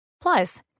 Plus